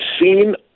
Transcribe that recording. seen